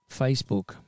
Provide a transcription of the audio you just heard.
Facebook